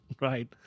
right